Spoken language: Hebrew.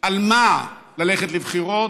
על מה ללכת לבחירות,